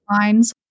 lines